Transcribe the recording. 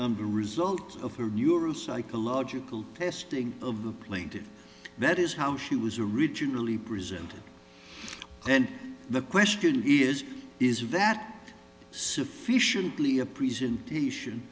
the result of her neuropsychological testing of the plaintive that is how she was originally presented and the question is is of that sufficiently a presentation